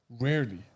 Rarely